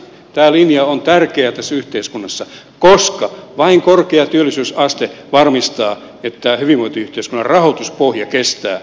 tämä linja on tärkeä tässä yhteiskunnassa koska vain korkea työllisyysaste varmistaa että hyvinvointiyhteiskunnan rahoituspohja kestää ja paranee